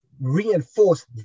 reinforce